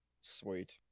Sweet